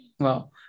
Wow